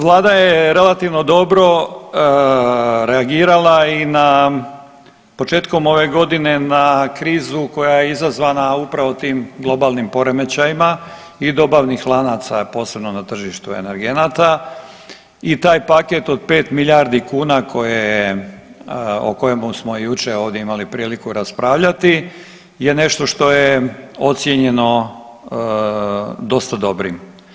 Vlada je relativno dobro reagirala i na, početkom ove godine na krizu koja je izazvana upravo tim globalnim poremećajima i dobavnih lanaca, posebno na tržištu energenata i taj paket od 5 milijardi kuna koje je, o kojemu smo jučer ovdje imali priliku raspravljati je nešto što je ocijenjeno dosta dobrim.